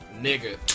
Nigga